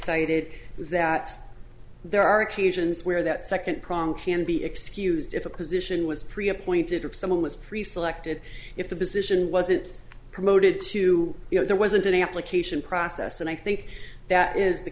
cited that there are occasions where that second problem can be excused if a position was pre appointed or someone was pre selected if the position wasn't promoted to go there wasn't an application process and i think that is the